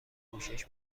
پوشش